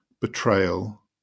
betrayal